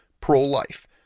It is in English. pro-life